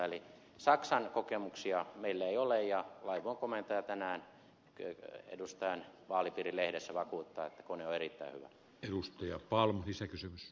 eli saksan kokemuksia meillä ei ole ja laivueen komentaja tänään edustajan vaalipiirin lehdessä vakuuttaa että kone on erittäin hyvä